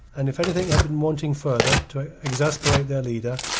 and if anything had been wanting further to exasperate their leader,